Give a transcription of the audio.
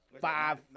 five